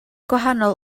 gwahanol